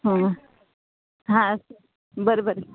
ಹ್ಞೂ ಹಾಂ ಸರಿ ಬರ್ ಬರ್ರಿ